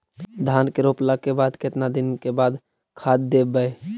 धान के रोपला के केतना दिन के बाद खाद देबै?